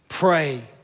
Pray